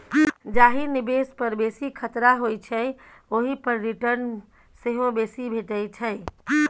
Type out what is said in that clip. जाहि निबेश पर बेसी खतरा होइ छै ओहि पर रिटर्न सेहो बेसी भेटै छै